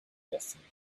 destinies